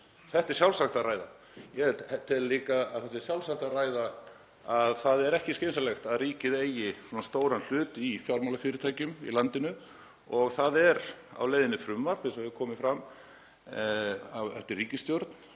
Þetta er sjálfsagt að ræða. Ég tel líka að það sé sjálfsagt að ræða að það er ekki skynsamlegt að ríkið eigi svona stóran hlut í fjármálafyrirtækjum í landinu og það er á leiðinni frumvarp, eins og hefur komið fram eftir ríkisstjórnarfund